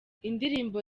indirimbo